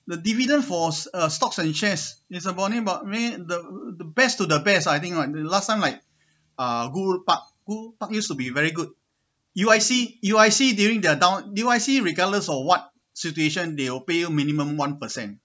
the dividend for s~ uh stocks and shares is uh talking about rate the the best to the best I think what last time like uh guru park who park used to be very good U_I_C U_I_C during their down U_I_C regardless of what situation they'll pay you minimum one percent